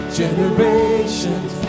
generations